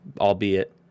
albeit